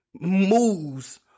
moves